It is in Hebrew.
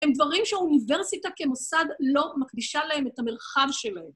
הם דברים שהאוניברסיטה כמוסד לא מקדישה להם את המרחב שלהם.